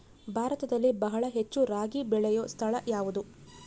ಭಾರತದಲ್ಲಿ ಬಹಳ ಹೆಚ್ಚು ರಾಗಿ ಬೆಳೆಯೋ ಸ್ಥಳ ಯಾವುದು?